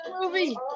movie